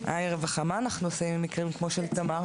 הרווחה, מה אנחנו עושים במקרים כמו של תמר.